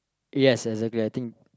yes exactly I think